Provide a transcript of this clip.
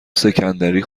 سکندری